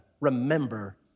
remember